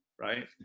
right